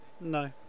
No